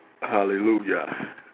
Hallelujah